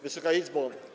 Wysoka Izbo!